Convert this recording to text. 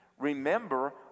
Remember